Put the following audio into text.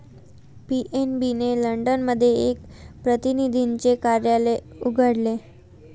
PNB ने London मध्ये एक प्रतिनिधीचे कार्यालय उघडले